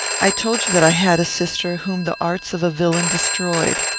i told you that i had a sister, whom the arts of a villain destroyed.